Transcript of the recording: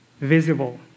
visible